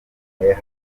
hagiye